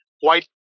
white